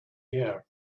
air